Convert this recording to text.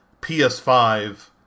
PS5